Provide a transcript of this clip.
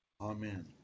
Amen